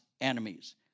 enemies